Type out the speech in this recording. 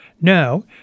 Now